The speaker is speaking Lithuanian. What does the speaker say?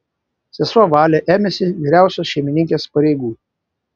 sesuo valė ėmėsi vyriausios šeimininkės pareigų